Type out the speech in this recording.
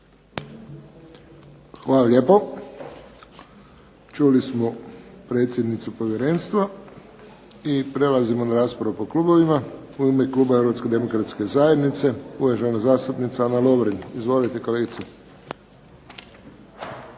Hvala lijepo. Čuli smo predsjednicu Povjerenstva. I prelazimo na raspravu po klubovima. U ime kluba Hrvatske demokratske zajednice uvažena zastupnica Ana Lovrin. Izvolite kolegice.